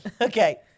Okay